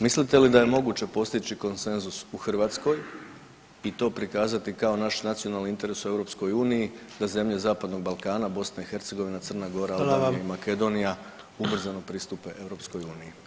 Mislite li da je moguće postići konsenzus u Hrvatskoj i to prikazati kao naš nacionalni interes u EU da zemlje Zapadnog Balkana, BiH, Crna Gora [[Upadica: Hvala vam.]] Albanija i Makedonija ubrzano pristupe EU.